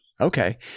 Okay